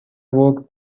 walked